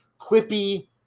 quippy